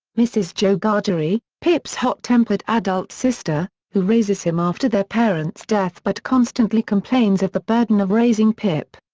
mrs. joe gargery, pip's hot-tempered adult sister, who raises him after their parents' death but constantly complains of the burden of raising pip.